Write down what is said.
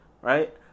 Right